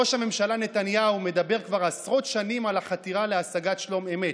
ראש הממשלה נתניהו מדבר כבר עשרות שנים על החתירה להשגת שלום אמת,